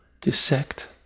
dissect